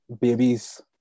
babies